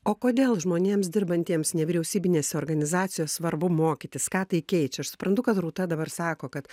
o kodėl žmonėms dirbantiems nevyriausybinėse organizacijose svarbu mokytis ką tai keičia aš suprantu kad rūta dabar sako kad